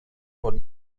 von